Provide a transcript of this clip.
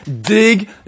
dig